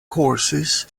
courses